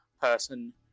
person